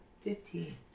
Fifteen